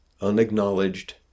Unacknowledged